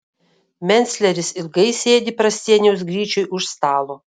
mencleris ilgai sėdi prascieniaus gryčioj už stalo